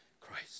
Christ